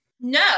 no